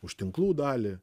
už tinklų dalį